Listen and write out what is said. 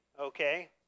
Okay